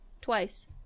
Twice